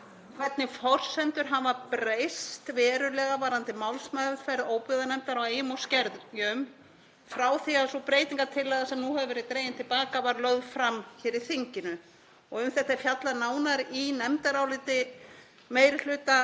hvernig forsendur hafa breyst verulega varðandi málsmeðferð óbyggðanefndar á eyjum og skerjum frá því að sú breytingartillaga sem nú hefur verið dregin til baka var lögð fram hér í þinginu. Um þetta er fjallað nánar í nefndaráliti meiri hluta